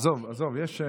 אדוני היושב-ראש,